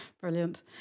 Brilliant